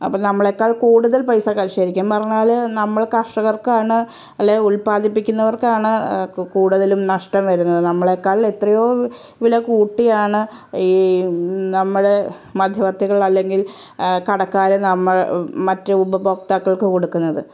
അപ്പം നമ്മളെക്കാൾ കൂടുതൽ പൈസ ക ശെരിക്കും പറഞ്ഞാല് നമ്മള് കർഷകർക്കാണ് അല്ലെ ഉൽപ്പാദിപ്പിക്കുന്നവർക്കാണ് ക് കൂടുതലും നഷ്ടം വരുന്നത് നമ്മളെക്കാൾ എത്രയോ വില കൂട്ടിയാണ് ഈ നമ്മുടെ മദ്ധ്യവർത്തികൾ അല്ലെങ്കിൽ കടക്കാര് നമ്മള് മറ്റ് ഉപഭോകതാക്കൾക്ക് കൊടുക്കുന്നത്